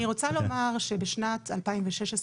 אני רוצה לומר שבשנת 2016,